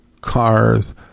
cars